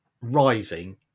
rising